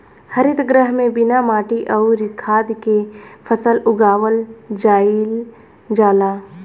हरित गृह में बिना माटी अउरी खाद के फसल उगावल जाईल जाला